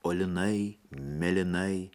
o linai mėlynai